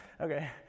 Okay